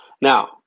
Now